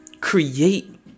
create